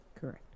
Correct